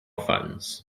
phones